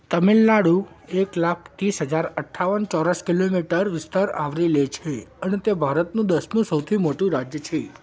તમિલનાડુ એક લાખ ત્રીસ હજાર અઠાવન ચોરસ કિલોમીટર વિસ્તાર આવરી લે છે અને તે ભારતનું દસમું સૌથી મોટું રાજ્ય છે